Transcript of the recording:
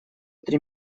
три